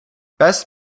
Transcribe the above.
best